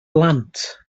blant